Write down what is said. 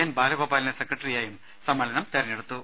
N ബാലഗോപാലിനെ സെക്രട്ടറിയായും സമ്മേളനം തെരഞ്ഞെടുത്തു